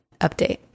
update